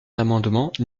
l’amendement